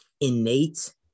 innate